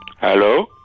Hello